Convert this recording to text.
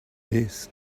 this